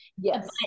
Yes